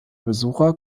besucher